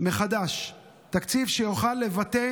שיוכל לבטא